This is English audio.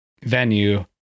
venue